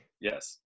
Yes